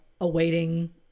awaiting